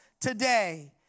today